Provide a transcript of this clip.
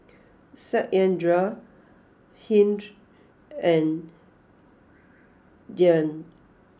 Satyendra Hri and Dhyan